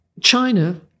China